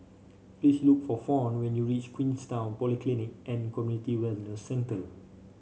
please look for Fawn when you reach Queenstown Polyclinic and Community Wellness Centre